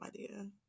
idea